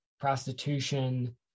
prostitution